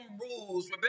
rules